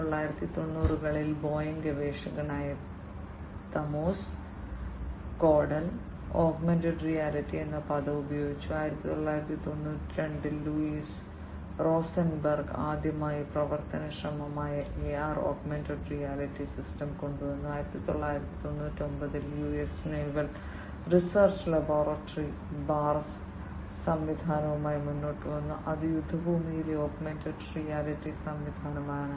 1990 കളിൽ ബോയിംഗ് ഗവേഷകനായ തമോസ് സംവിധാനവുമായി മുന്നോട്ടുവന്നു അത് യുദ്ധഭൂമിയിലെ ഓഗ്മെന്റഡ് റിയാലിറ്റി സംവിധാനമാണ്